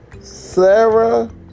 Sarah